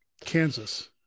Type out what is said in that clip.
Kansas